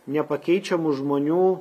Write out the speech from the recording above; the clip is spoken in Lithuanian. nepakeičiamų žmonių